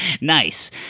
Nice